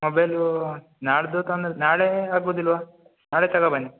ಮೊಬೈಲೂ ನಾಡಿದ್ದು ತಂದ್ರೆ ನಾಳೆ ಆಗೋದಿಲ್ವ ನಾಳೆ ತಗೊಂಡ್ಬನ್ನಿ